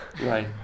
right